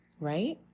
right